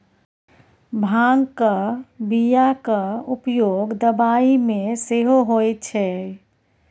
भांगक बियाक उपयोग दबाई मे सेहो होए छै